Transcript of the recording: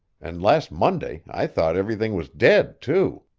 and last monday i thought everything was dead, too!